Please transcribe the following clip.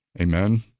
amen